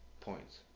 points